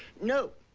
no!